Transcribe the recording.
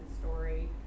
story